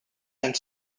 and